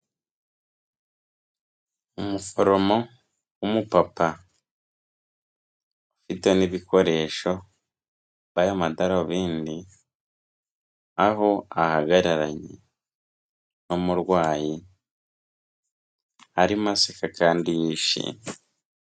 Umuforomo w'umupapa, ufite n'ibikoresho, wambaye amadarubindi aho ahagararanye n'umurwayi arimo aseka kandi yishimye.